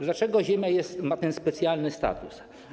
Dlaczego ziemia ma ten specjalny status?